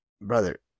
Brother